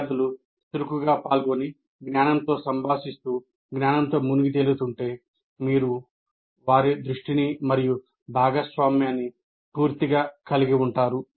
విద్యార్థులు చురుకుగా పాల్గొని జ్ఞానంతో సంభాషిస్తూ జ్ఞానంతో మునిగితేలుతుంటే మీరు వారి దృష్టిని మరియు భాగస్వామ్యాన్ని పూర్తిగా కలిగి ఉంటారు